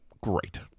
great